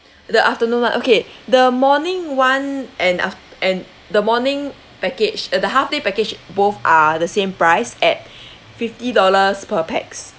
the afternoon [one] okay the morning [one] and af~ and the morning package uh the half day package both are the same price at fifty dollars per pax